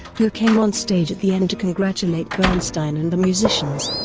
who came on stage at the end to congratulate bernstein and the musicians.